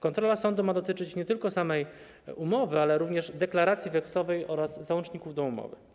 Kontrola sądu ma dotyczyć nie tylko samej umowy, ale również deklaracji wekslowej oraz załączników do umowy.